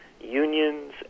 unions